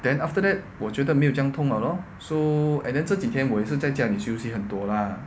then after that 我觉得没有这样痛了 lor so and then 这几天我也是在家里休息很多 lah